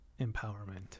empowerment